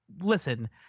Listen